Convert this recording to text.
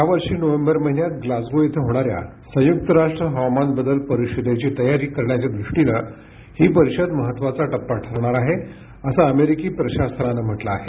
यावर्षी नोव्हेंबर महिन्यात ग्लासगो इथं होणाऱ्या संयुक्त राष्ट्र हवामान बदल परिषदेची तयारी करण्याच्या दृष्टिनं ही परिषद महत्वाचा टप्पा ठरणार आहे असं अमेरिकी प्रशासनानं म्हटलं आहे